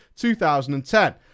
2010